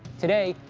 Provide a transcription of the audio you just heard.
today,